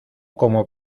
como